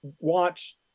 watch